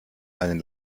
einen